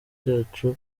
ryacu